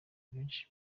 benshi